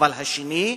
אבל השני,